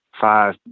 five